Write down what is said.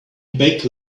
back